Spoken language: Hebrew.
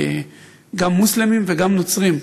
גם מוסלמים וגם נוצרים.